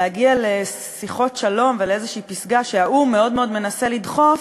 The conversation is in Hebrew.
להגיע לשיחות שלום ולאיזו פסגה שהאו"ם מאוד מאוד מנסה לדחוף,